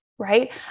Right